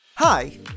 Hi